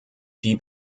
die